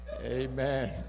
amen